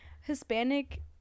hispanic